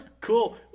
Cool